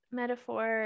metaphor